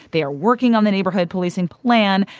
they are working on the neighborhood policing plan.